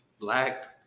blacked